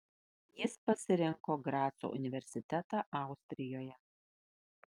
jis pasirinko graco universitetą austrijoje